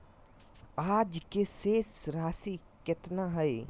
आज के शेष राशि केतना हइ?